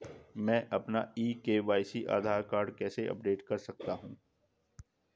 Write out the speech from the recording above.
मैं अपना e KYC Aadhaar card कैसे अपडेट कर सकता हूँ?